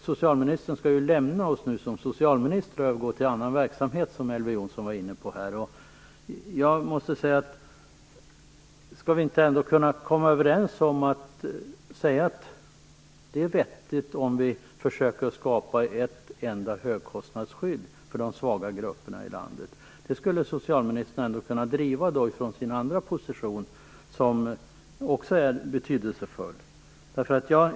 Socialministern skall ju nu lämna socialministerposten och övergå till annan verksamhet, vilket också Elver Jonsson var inne på. Skulle vi inte då kunna komma överens om att det vore vettigt att försöka skapa ett enda högkostnadsskydd för de svaga grupperna i landet? Detta skulle socialministern kunna driva från sin andra position, som också är betydelsefull.